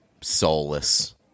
soulless